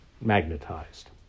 magnetized